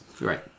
Right